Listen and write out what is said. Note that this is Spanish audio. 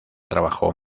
trabajo